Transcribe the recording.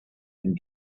and